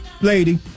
lady